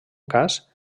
cas